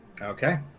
Okay